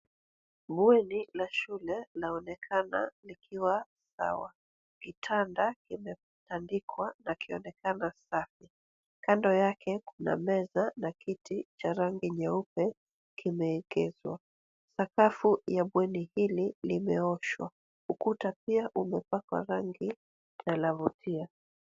Bweni la shule laonekana likiwa sawa kitanda kimetandikwa na kinaonekana safi kando yake kuna meza na kiti cha rangi nyeupe kimeegezwa sakafu ya bweni hili limeoshwa ukuta pia umepakwa rangi na lavutia